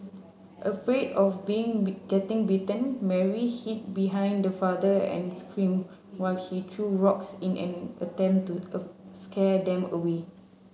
afraid of been getting bitten Mary hid behind the father and screamed while he threw rocks in an attempt to scare them away